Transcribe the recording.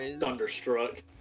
thunderstruck